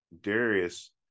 Darius